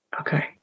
Okay